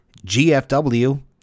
GFW